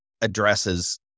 addresses